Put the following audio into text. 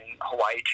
Hawaii